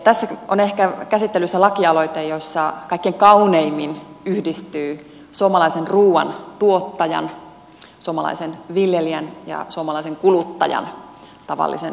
tässä on käsittelyssä lakialoite jossa ehkä kaikkein kauneimmin yhdistyvät suomalaisen ruuan tuottajan suomalaisen viljelijän ja suomalaisen kuluttajan tavallisen suomalaisen edut